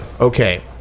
okay